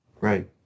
Right